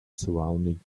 surrounding